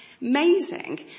amazing